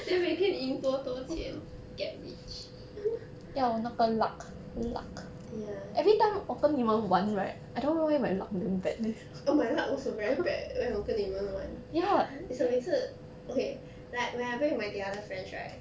then we keep 赢多多钱 get rich ya oh my luck also very bad when 我跟你们玩 it's like 每次 okay like when I play with my the other friends right